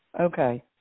Okay